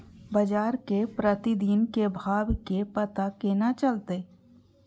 बजार के प्रतिदिन के भाव के पता केना चलते?